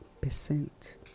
percent